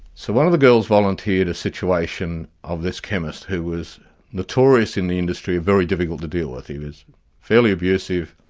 so one of the girls volunteered a situation of this chemist who was notorious in the industry, very difficult to deal with. he was fairly abusive,